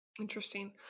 Interesting